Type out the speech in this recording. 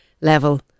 level